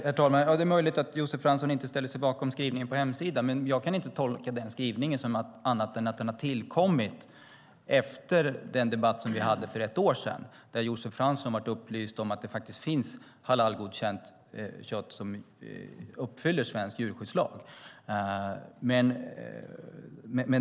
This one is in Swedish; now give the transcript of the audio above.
Herr talman! Det är möjligt att Josef Fransson inte ställer sig bakom skrivningen på hemsidan. Men jag kan inte tolka den skrivningen på annat sätt än att den har tillkommit efter den debatt som vi hade för ett år sedan, då Josef Fransson blev upplyst om att det finns halalgodkänt kött som uppfyller svensk djurskyddslag.